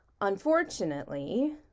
Unfortunately